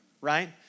right